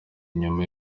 nyuma